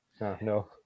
no